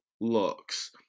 looks